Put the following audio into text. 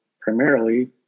primarily